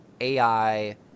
AI